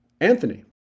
Anthony